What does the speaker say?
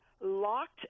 locked